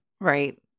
Right